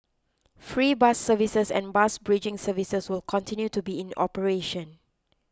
free bus services and bus bridging services will continue to be in operation